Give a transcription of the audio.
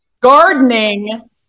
Gardening